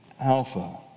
Alpha